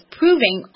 proving